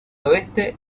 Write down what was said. oeste